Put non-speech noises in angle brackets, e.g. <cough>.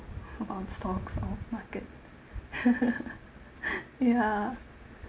on stocks or market <laughs> <breath> ya